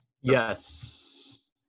yes